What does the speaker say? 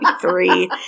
three